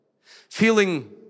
feeling